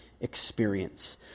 experience